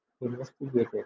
Investigated